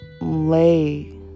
lay